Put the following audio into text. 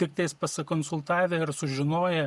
tik tais pasikonsultavę ir sužinoję